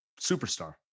superstar